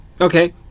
Okay